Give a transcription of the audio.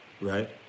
right